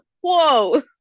Whoa